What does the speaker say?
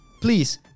please